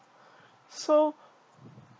so